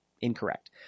incorrect